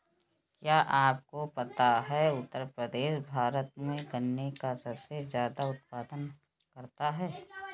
क्या आपको पता है उत्तर प्रदेश भारत में गन्ने का सबसे ज़्यादा उत्पादन करता है?